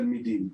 תלמידים,